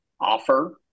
offer